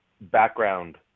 background